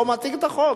אני לא מציג את החוק,